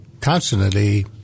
constantly